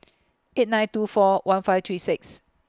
eight nine two four one five three six